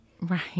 Right